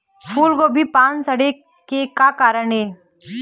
फूलगोभी के पान सड़े के का कारण ये?